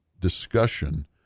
discussion